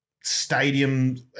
stadium